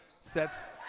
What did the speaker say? sets